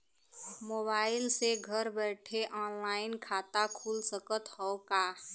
Mobile से घर बैठे ऑनलाइन खाता खुल सकत हव का?